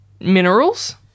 minerals